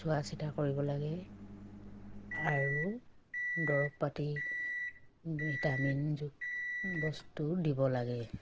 চোৱা চিতা কৰিব লাগে আৰু দৰৱ পাতি ভিটামিন যোগ বস্তু দিব লাগে